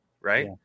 right